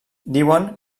diuen